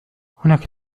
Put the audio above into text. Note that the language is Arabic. هناك